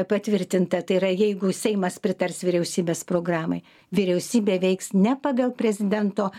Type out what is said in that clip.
patvirtinta tai yra jeigu seimas pritars vyriausybės programai vyriausybė veiks ne pagal prezidento